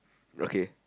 okay